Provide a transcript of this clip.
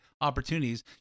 opportunities